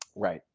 right,